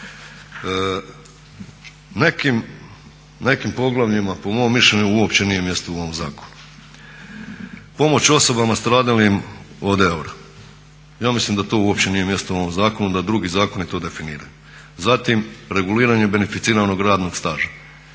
nekim poglavljima po mom mišljenju uopće nije mjesto u ovom zakonu. pomoć osobama stradalim od … ja mislima da to uopće nije mjesto u ovom zakonu da drugi zakoni to definiraju. Zatim reguliranje beneficiranog radnog staža.